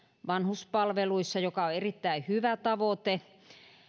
vanhuspalveluissa joka on erittäin hyvä tavoite